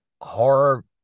horror